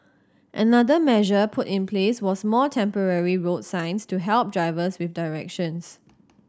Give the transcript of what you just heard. another measure put in place was more temporary road signs to help drivers with directions